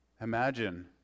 Imagine